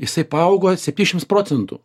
jisai paaugo septyšims procentų